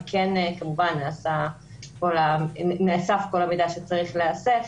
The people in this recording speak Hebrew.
כן כמובן נאסף כל המידע שצריך להיאסף,